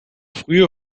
frühe